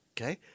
Okay